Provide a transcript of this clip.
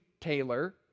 Taylor